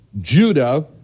Judah